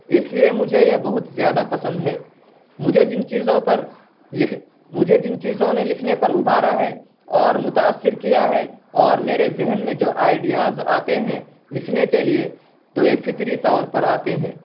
اس لیے مجھے یہ بہت زیادہ پسند ہے مجھے جن چیزوں پر لکھ مجھے جن چیزوں نے لکھنے پر ابھارا ہے اور متاثر کیا ہے اور میرے ذہن میں جو آئیڈیاز آتے ہیں لکھنے کے لیے تو یہ فطری طور پر آتے ہیں